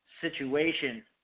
situation